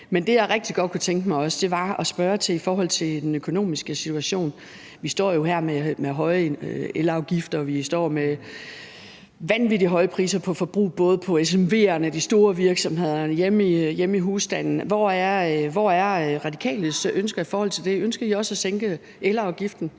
Men det, jeg rigtig godt kunne tænke mig at spørge om, er i forhold til den økonomiske situation. Vi står jo her med høje elafgifter og med vanvittig høje priser på forbrug for både SMV'erne, de store virksomheder og hjemme i husstandene, og hvor er De Radikales ønsker her? Ønsker I også at sænke elafgiften?